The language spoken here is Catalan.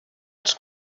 els